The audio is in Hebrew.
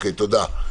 תודה.